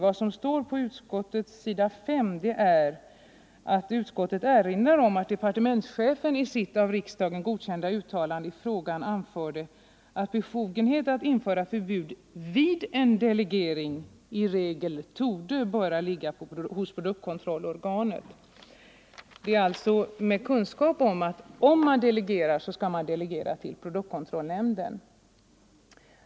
Vad som står på s. 5 i utskottsbetänkandet är att utskottet vill ”erinra om att departementschefen i sitt av riksdagen godkända uttalande i frågan anförde att befogenheten att införa förbud vid en delegering i regel torde böra ligga hos produktkontrollorganet, ---”. Om man delegerar, skall man alltså delegera till produktkontrollnämnden.